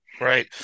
Right